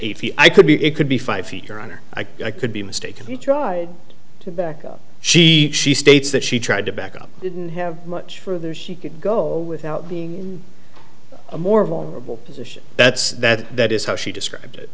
eight feet i could be it could be five feet your honor i could be mistaken to back up she she states that she tried to back up didn't have much further she could go without being in a more vulnerable position that's that that is how she described it